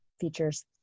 features